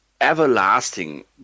everlasting